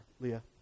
Leah